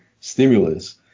stimulus